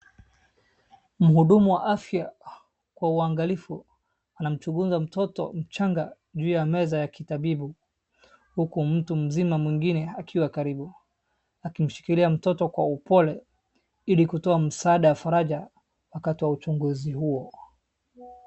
Mhudumu wa afya kwa uangalifu anamchunguza mtoto mchanga juuya meza ya kitabibu, huku mtu mzima mwingine akiwa karibu akimshikiria mtoto kwa upole ili kutoa msaada ya faraja wakati wa uchunguzi huo.